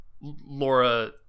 laura